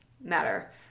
matter